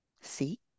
See